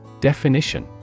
Definition